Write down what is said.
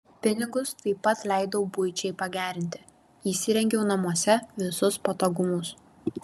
pinigus taip pat leidau buičiai pagerinti įsirengiau namuose visus patogumus